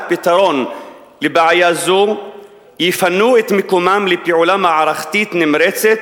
פתרון לבעיה זו יפנו את מקומם לפעולה מערכתית נמרצת